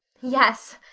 yes,